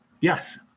Yes